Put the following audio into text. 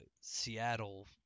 Seattle